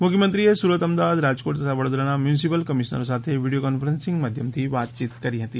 મુખ્યમંત્રીએ સુરત અમદાવાદ રાજકોટ તથા વડોદરાના મ્યુનિસિપલ કમિશનરો સાથે વીડિયો કોન્ફરન્સીંગ માધ્યમથી વાતયીત કરી હતી